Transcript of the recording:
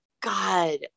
God